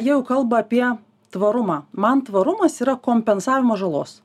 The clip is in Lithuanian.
jau kalba apie tvarumą man tvarumas yra kompensavimas žalos